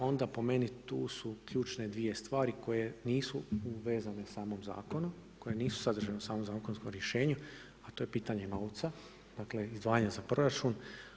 Onda po meni tu su ključne dvije stvari koje nisu vezane u samog zakona, koje nisu sadržane u samom zakonskom rješenju, a to je pitanje novca, dakle, izdvajanje za proračun.